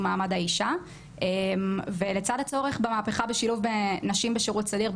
מעמד האישה ולצד הצורך במהפכה בשילוב בנשים בשירות סדיר,